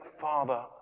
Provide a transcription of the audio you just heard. Father